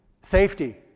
Safety